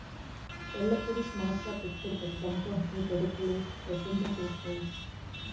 ఎల్లప్పుడూ స్మార్ట్ గా పెట్టుబడి పెట్టడంతో మీ పొదుపులు రెట్టింపు చేసుకోవచ్చు